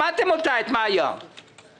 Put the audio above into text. שמעתם את מיה משדרות,